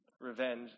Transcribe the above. Revenge